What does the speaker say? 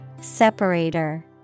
Separator